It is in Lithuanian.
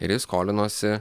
ir ji skolinosi